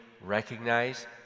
recognize